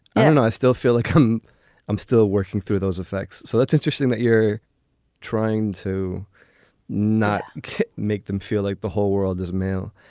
and i still feel like i'm i'm still working through those effects. so that's interesting that you're trying to not make them feel like the whole world is male.